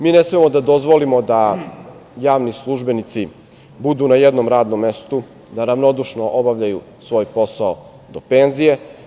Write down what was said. Mi ne smemo da dozvolimo da javni službenici budu na jednom radom mestu, da ravnodušno obavljaju svoj posao do penzije.